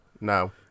no